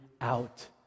out